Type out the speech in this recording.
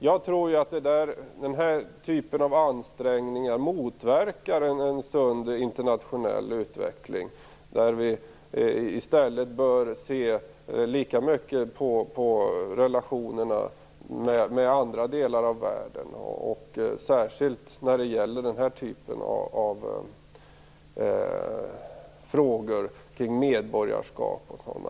Jag tror att den här typen av ansträngningar motverkar en sund internationell utveckling där vi i stället bör se lika mycket på relationerna till andra delar av världen, särskilt när det gäller den här typen av frågor, t.ex. kring medborgarskap.